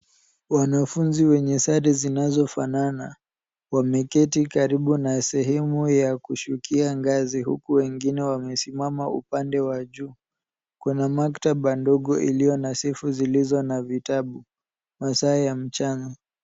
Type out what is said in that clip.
Wanafunzi wenye sare zinazofanana wameketi karibu na sehemu ya kushukia ngazi huku wengine wamesimama upande wa juu. Kuna maktaba ndogo ilio na shevu zilizo na vitabu masaa ya mchana.